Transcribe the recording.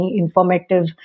informative